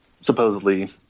supposedly